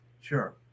sure